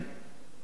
היום יש לנו: